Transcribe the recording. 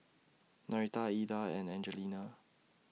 Norita Ilda and Angelina